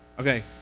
okay